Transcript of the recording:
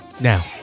Now